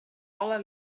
alle